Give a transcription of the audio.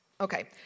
Okay